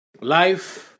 Life